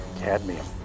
cadmium